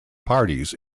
parties